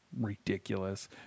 Ridiculous